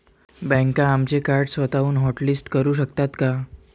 बँका आमचे कार्ड स्वतःहून हॉटलिस्ट करू शकतात का?